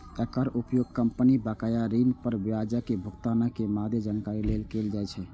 एकर उपयोग कंपनी बकाया ऋण पर ब्याजक भुगतानक मादे जानकारी लेल कैल जाइ छै